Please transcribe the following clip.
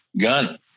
gun